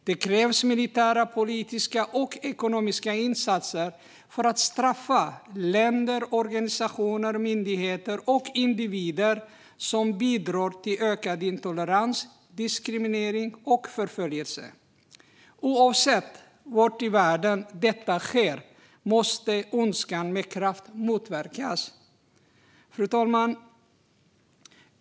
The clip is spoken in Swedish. Det krävs militära, politiska och ekonomiska insatser för att straffa länder, organisationer, myndigheter och individer som bidrar till ökad intolerans, diskriminering och förföljelse. Oavsett var i världen detta sker måste ondskan med kraft motverkas. Fru talman!